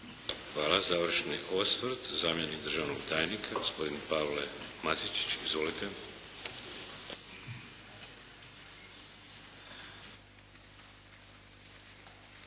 (HDZ)** Završni osvrt. Zamjenik državnog tajnika gospodin Pavle Matičić. Izvolite.